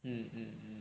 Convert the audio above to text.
mm mm mm